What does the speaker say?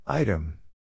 Item